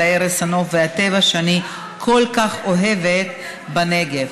הרס הנוף והטבע שאני כל כך אוהבת בנגב.